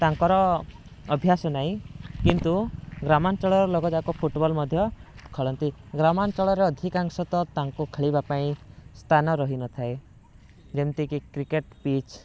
ତାଙ୍କର ଅଭ୍ୟାସ ନାହିଁ କିନ୍ତୁ ଗ୍ରାମଞ୍ଚଳର ଲୋକ ଯାକ ଫୁଟବଲ୍ ମଧ୍ୟ ଖେଳନ୍ତି ଗ୍ରାମଞ୍ଚଳର ଅଧିକାଂଶ ତ ତାଙ୍କୁ ଖେଳିବାପାଇଁ ସ୍ଥାନ ରହିନଥାଏ ଯେମିତି କି କ୍ରିକେଟ ପିଚ୍